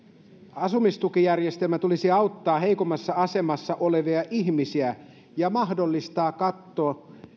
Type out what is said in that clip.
asumistukijärjestelmän tulisi auttaa heikoimmassa asemassa olevia ihmisiä ja mahdollistaa katto